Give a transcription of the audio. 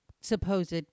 supposed